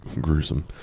Gruesome